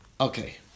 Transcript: Okay